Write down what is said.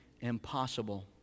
impossible